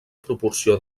proporció